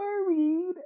worried